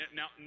now